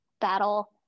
battle